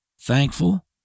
thankful